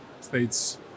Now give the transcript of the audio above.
states